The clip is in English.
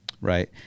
Right